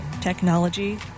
technology